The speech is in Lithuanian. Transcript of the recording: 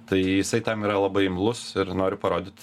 tai jisai tam yra labai imlus ir noriu parodyt